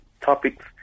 Topics